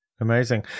Amazing